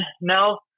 now